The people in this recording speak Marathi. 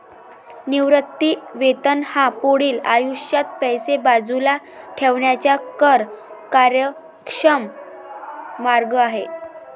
निवृत्ती वेतन हा पुढील आयुष्यात पैसे बाजूला ठेवण्याचा कर कार्यक्षम मार्ग आहे